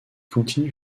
continue